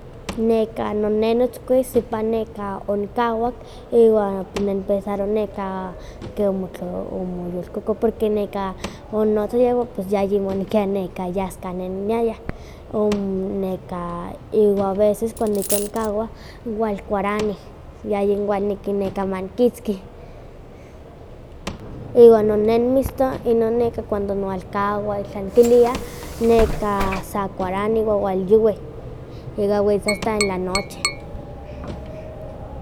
Nekan no ne notzkui sipa ne onikahwak iwa ps ne nikpensarowa neka ke omotl- omoyolkoko porque neka onotzaya iwan yayimoknekia neka yas kan ne niaya. O neka iwa a veces, cuando ihkon nikahwa walkuaranih, yayi am kineki neka manikitzki. Iwa no ne nomiston inon neka cuando nwalkahwa itlah nikilia, neka sa kuarani iwan gual yuwi, nikan witze asta en la noche.